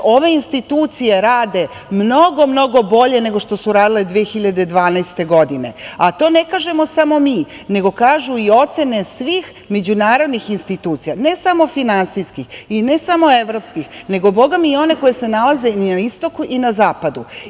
Ove institucije rade mnogo, mnogo bolje nego što su radile 2012. godine, a to ne kažemo samo mi, nego kažu i ocene svih međunarodnih institucija, ne samo finansijskih i ne samo evropskih, nego i one koje se nalaze na istoku i na zapadu.